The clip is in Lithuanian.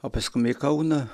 o paskum į kauną